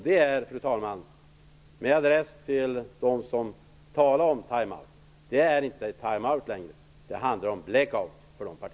Det är - med adress till dem som talar om time out - inte längre fråga om time out, utan det handlar om black out.